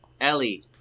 Ellie